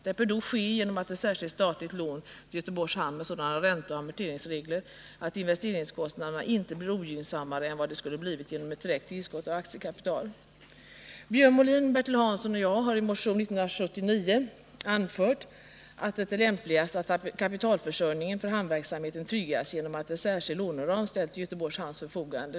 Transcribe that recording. Det bör då ske genom ett särskilt statligt lån till Göteborgs hamn med sådana ränteoch amorteringsregler att investeringskostnaderna inte blir ogynnsammare än vad de skulle ha blivit genom ett tillskott av aktiekapital. Björn Molin, Bertil Hansson och jag har i motion 1979 anfört att det är lämpligast att kapitalförsörjningen för hamnverksamheten tryggas genom att en särskild låneram ställs till Göteborgs hamns förfogande.